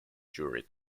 jury